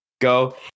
go